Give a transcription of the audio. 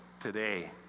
today